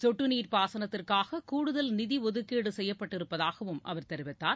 சொட்டு நீர் பாசனத்திற்காக கூடுதல் நிதி ஒதுக்கீடு செய்யப்பட்டிருப்பதாகவும் அவர் தெரிவித்தார்